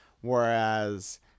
Whereas